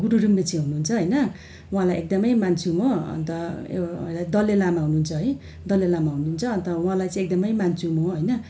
गुरु रिम्पोछे हुनुहुन्छ होइन उहाँलाई एकदमै मान्छु म अन्त दलाई लामा हुनुहुन्छ है दलाई लामा हुनुहुन्छ अन्त उहाँलाई चाहिँ एकदमै मान्छु म होइन